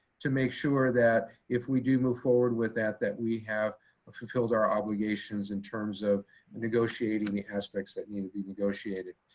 to make sure that if we do move forward with that, that we have ah fulfilled our obligations in terms of negotiating aspects that need to be negotiated.